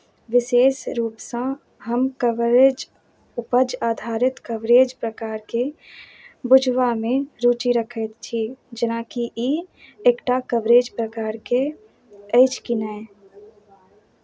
विशेष रूपसँ हम कवरेज उपज आधारित कवरेज प्रकारकेँ बुझबामे रुचि रखैत छी जेनाकि ई एक टा कवरेज प्रकारके अछि की नहि